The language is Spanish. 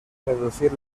reducir